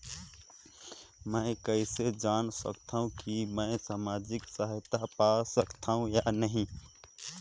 मै कइसे जान सकथव कि मैं समाजिक सहायता पा सकथव या नहीं?